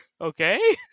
Okay